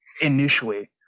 initially